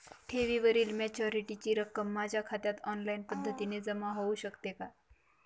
ठेवीवरील मॅच्युरिटीची रक्कम माझ्या खात्यात ऑनलाईन पद्धतीने जमा होऊ शकते का?